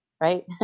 right